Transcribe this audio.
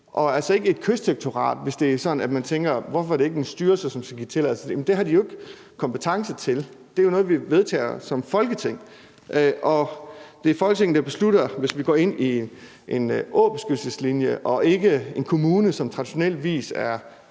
og altså ikke Kystdirektoratet, hvis det er sådan, at man tænker, hvorfor det ikke er en styrelse, som skal give tilladelse til det. Men det har de jo ikke kompetence til, det er jo noget, vi vedtager som Folketing. Det er Folketinget, der beslutter, hvis vi går ind i en åbeskyttelseslinje, ikke en kommune, som på traditionel vis er